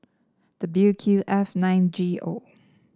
W Q F nine G O